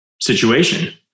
situation